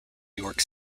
york